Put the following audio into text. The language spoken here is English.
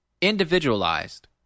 individualized